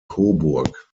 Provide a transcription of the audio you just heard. coburg